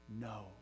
no